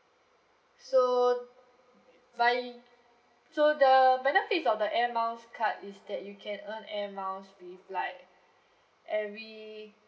so why so the benefits of the air miles card is that you can earn air miles with like every